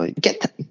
Get